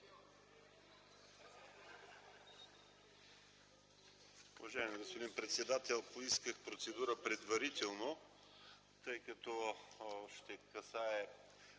Благодаря.